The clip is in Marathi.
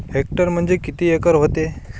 हेक्टर म्हणजे किती एकर व्हते?